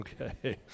okay